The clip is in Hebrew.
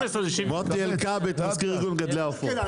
מוטי אלקבץ, מזכיר ארגון מגדלי העופות.